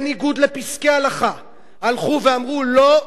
בניגוד לפסקי הלכה הלכו ואמרו: לא,